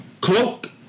cloak